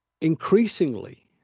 increasingly